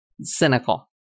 cynical